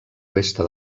resta